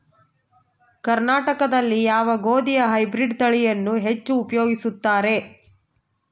ಕರ್ನಾಟಕದಲ್ಲಿ ಯಾವ ಗೋಧಿಯ ಹೈಬ್ರಿಡ್ ತಳಿಯನ್ನು ಹೆಚ್ಚು ಉಪಯೋಗಿಸುತ್ತಾರೆ?